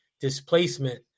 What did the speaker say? displacement